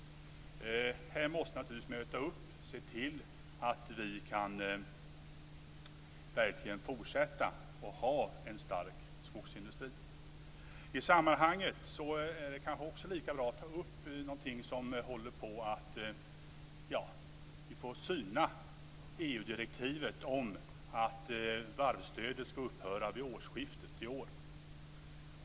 Här måste vi naturligtvis möta upp och se till att vi verkligen kan fortsätta att ha en stark skogsindustri. I sammanhanget är det kanske också lika bra att ta upp att vi får syna EU-direktivet om att varvsstödet ska upphöra vid årsskiftet i år.